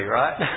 right